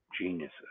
geniuses